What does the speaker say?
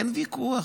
אין ויכוח.